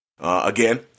again